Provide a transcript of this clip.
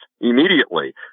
immediately